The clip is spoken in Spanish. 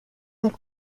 del